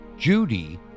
Judy